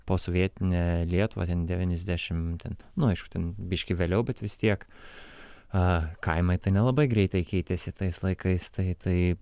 posovietinę lietuvą ten devyniasdešim ten nu aišku ten biškį vėliau bet vis tiek a kaimai tai nelabai greitai keitėsi tais laikais tai tai